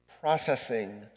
processing